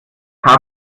dass